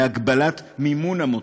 להגבלת מימון עמותות.